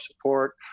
support